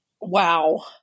Wow